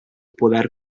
poder